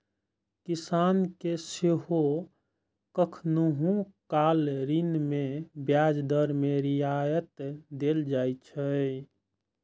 किसान कें सेहो कखनहुं काल ऋण मे ब्याज दर मे रियायत देल जाइ छै